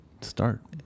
Start